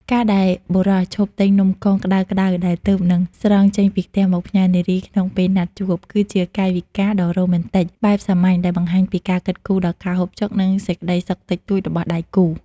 ការដែលបុរសឈប់ទិញនំកងក្ដៅៗដែលទើបនឹងស្រង់ចេញពីខ្ទះមកផ្ញើនារីក្នុងពេលណាត់ជួប គឺជាកាយវិការដ៏រ៉ូមែនទិកបែបសាមញ្ញដែលបង្ហាញពីការគិតគូរដល់ការហូបចុក និងសេចក្ដីសុខតូចតាចរបស់ដៃគូ។